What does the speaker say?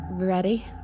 ready